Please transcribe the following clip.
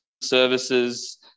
services